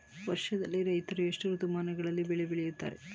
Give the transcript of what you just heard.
ವರ್ಷದಲ್ಲಿ ರೈತರು ಎಷ್ಟು ಋತುಗಳಲ್ಲಿ ಬೆಳೆ ಬೆಳೆಯುತ್ತಾರೆ?